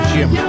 Jim